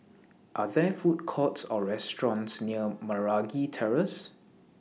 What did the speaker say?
Are There Food Courts Or restaurants near Meragi Terrace